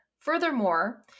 Furthermore